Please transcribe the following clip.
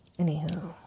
Anywho